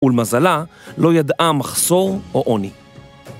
‫ולמזלה, לא ידעה מחסור או עוני.